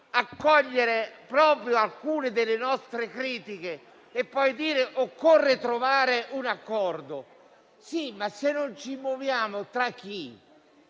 accogliere alcune delle nostre critiche per poi dire che occorre trovare un accordo; se non ci muoviamo, tra chi